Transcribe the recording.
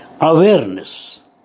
awareness